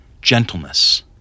gentleness